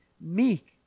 meek